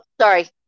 sorry